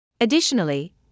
Additionally